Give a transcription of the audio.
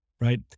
right